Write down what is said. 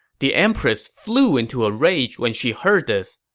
the empress flew into a rage when she heard this.